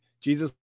Jesus